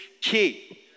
key